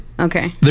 Okay